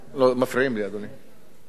מפריעים לי, אדוני.